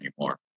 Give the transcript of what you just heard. anymore